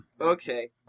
Okay